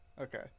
Okay